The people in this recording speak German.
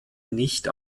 nicht